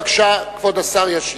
בבקשה, כבוד השר ישיב.